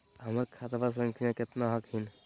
हमर खतवा संख्या केतना हखिन?